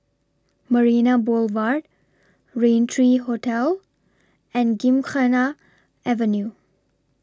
Marina Boulevard Raintree Hotel and Gymkhana Avenue